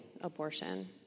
abortion